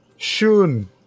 Shun